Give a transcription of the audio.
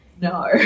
no